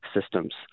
systems